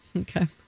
Okay